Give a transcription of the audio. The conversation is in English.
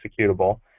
executable